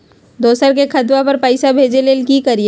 दोसर के खतवा पर पैसवा भेजे ले कि करिए?